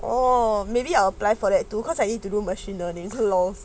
oh maybe I'll apply for that too because I need to learn machine learning lor